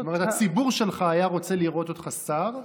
זאת אומרת, הציבור שלך היה רוצה לראות אותך שר,